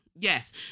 yes